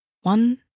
One